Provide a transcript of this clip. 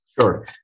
Sure